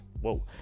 whoa